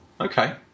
okay